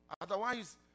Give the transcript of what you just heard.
otherwise